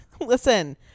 Listen